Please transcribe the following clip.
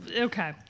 Okay